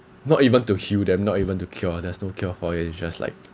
not even to heal them not even to cure there's no cure for it it's just like